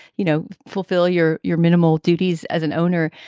you know, fulfill your your minimal duties as an owner.